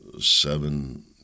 seven